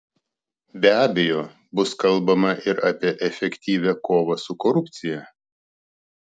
be abejo bus kalbama ir apie efektyvią kovą su korupcija